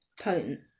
Potent